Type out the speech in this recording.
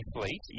Fleet